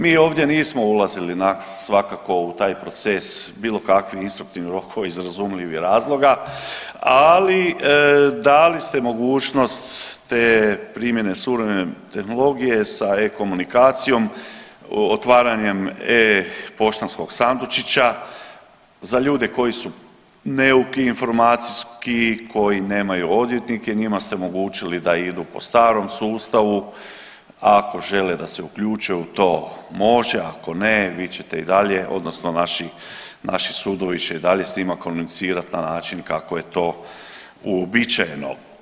Mi ovdje nismo ulazili svakako u taj proces bilo kakvi rokovi iz razumljivih razloga, ali dali ste mogućnost te primjene suvremene tehnologije sa e-komunikacijom, otvaranjem e-poštanskog sandučića, za ljude koji su neuki informacijski, koji nemaju odvjetnike njima ste omogućili da idu po starom sustavu, a ako žele da se uključe u to može, ako ne vi ćete i dalje odnosno naši, naši sudovi će i dalje komunicirati na način kako je to uobičajeno.